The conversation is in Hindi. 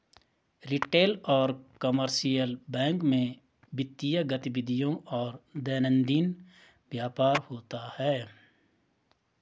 रिटेल और कमर्शियल बैंक में वित्तीय गतिविधियों और दैनंदिन व्यापार होता है